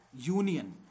union